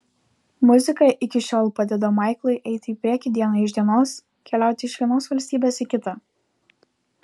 muzika iki šiol padeda maiklui eiti į priekį diena iš dienos keliauti iš vienos valstybės į kitą